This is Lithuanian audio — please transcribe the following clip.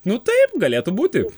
nu taip galėtų būti